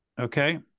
okay